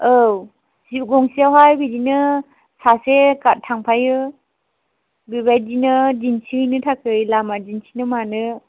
औ जिप गंसेआवहाय बिदिनो सासे गार्ड थांफायो बेबायदिनो दिन्थिहैनो थाखाय लामा दिन्थिनो मानो